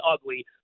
ugly